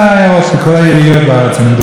גם דת,